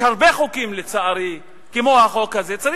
יש הרבה חוקים ברוח החוק הזה שעולים כאן לאחרונה,